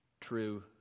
true